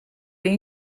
این